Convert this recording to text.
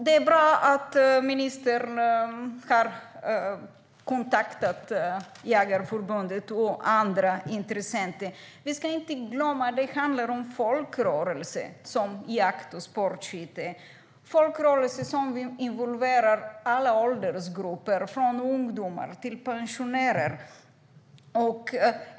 Det är bra att ministern har kontaktat Jägareförbundet och andra intressenter. Vi ska inte glömma att det handlar om folkrörelser, som jakt och sportskytte. Det är folkrörelser som involverar alla åldersgrupper från ungdomar till pensionärer.